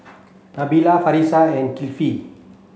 Nabila Farish and Kifli